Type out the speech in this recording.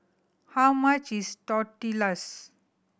how much is Tortillas